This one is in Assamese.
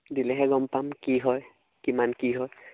দিলেহে গম পাম কি হয় কিমান কি হয়